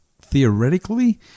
theoretically